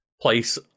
place